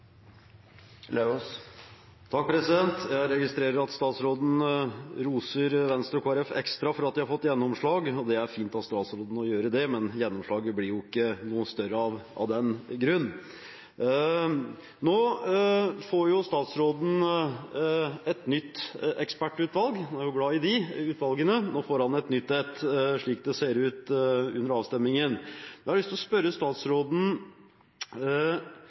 ekstra for at de har fått gjennomslag. Det er fint av statsråden å gjøre det, men gjennomslaget blir ikke større av den grunn. Nå får statsråden et nytt ekspertutvalg, han er jo glad i utvalg. Nå får han et nytt, slik det ser ut til, etter avstemningen. Jeg har lyst til å spørre statsråden: